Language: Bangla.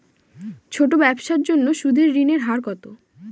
ছোট ব্যবসার জন্য ঋণের সুদের হার কত?